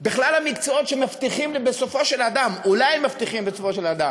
בכלל המקצועות שמבטיחים בסופו של אדם אולי הם מבטיחים בסופו של אדם,